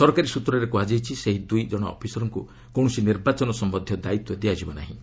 ସରକାରୀ ସ୍ନତ୍ରରେ କୁହାଯାଇଛି ସେହି ଦୁଇ ଜଣ ଅଫିସରଙ୍କୁ କୌଣସି ନିର୍ବାଚନ ସମ୍ଭନ୍ଧୀୟ ଦାୟିତ୍ୱ ଦିଆଯିବ ନାହିଁ